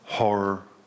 horror